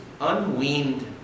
unweaned